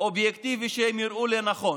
אובייקטיבי שהם יראו לנכון.